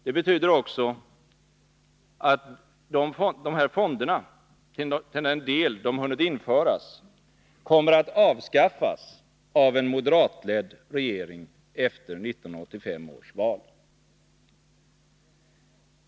Det betyder också att de fonderna, till den del de hunnit införas, kommer att avskaffas av en moderatledd regering efter 1985 års val.